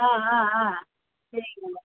ஆ ஆ ஆ சரிங்க கண்ணு